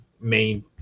main